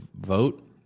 vote